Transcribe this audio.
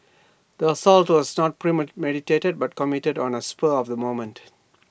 the assault was not premeditated but committed on A spur of the moment